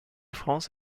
france